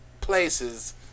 places